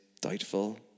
doubtful